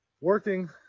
working